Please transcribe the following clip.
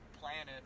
planet